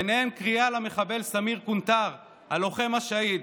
וביניהן קריאה למחבל סמיר קונטאר "הלוחם השהיד".